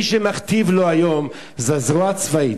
היום, מי שמכתיב לו היום זה הזרוע הצבאית.